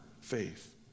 faith